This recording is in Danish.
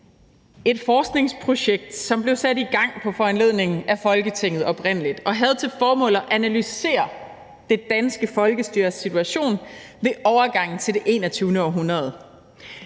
et forskningsprojekt, som oprindelig blev sat i gang på foranledning af Folketinget og havde til formål at analysere det danske folkestyres situation ved overgangen til det 21. århundrede